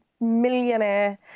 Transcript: millionaire